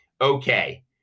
okay